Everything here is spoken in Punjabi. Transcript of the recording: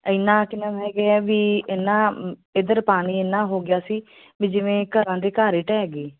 ਇੰਨਾਂ ਕਿੰਨਾ ਹੈਗੇ ਆ ਵੀ ਇੰਨਾਂ ਇੱਧਰ ਪਾਣੀ ਇੰਨਾਂ ਹੋ ਗਿਆ ਸੀ ਵੀ ਜਿਵੇਂ ਘਰਾਂ ਦੇ ਘਰ ਢਹਿ ਗਏ